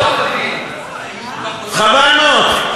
חבל מאוד.